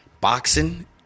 boxing